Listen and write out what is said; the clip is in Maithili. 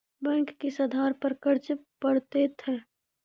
बैंक किस आधार पर कर्ज पड़तैत हैं?